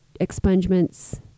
expungements